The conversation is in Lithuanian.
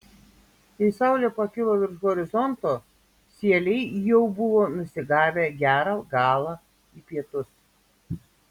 kai saulė pakilo virš horizonto sieliai jau buvo nusigavę gerą galą į pietus